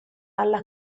alla